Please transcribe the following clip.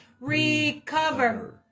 recover